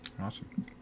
Awesome